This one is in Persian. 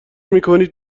میکنید